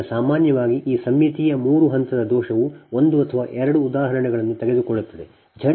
ಈಗ ಸಾಮಾನ್ಯವಾಗಿ ಈ ಸಮ್ಮಿತೀಯ ಮೂರು ಹಂತದ ದೋಷವು ಒಂದು ಅಥವಾ ಎರಡು ಉದಾಹರಣೆಗಳನ್ನು ತೆಗೆದುಕೊಳ್ಳುತ್ತದೆ